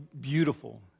beautiful